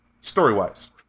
story-wise